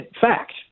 fact